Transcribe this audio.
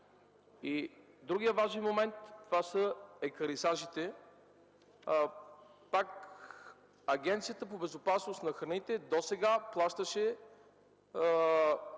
Друг важен момент – екарисажите. Агенцията по безопасност на храните досега плащаше